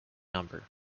number